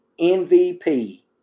MVP